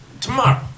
tomorrow